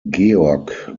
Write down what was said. georg